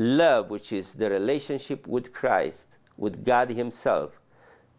love which is the relationship with christ with god himself